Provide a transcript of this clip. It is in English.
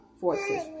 forces